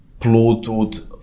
Bluetooth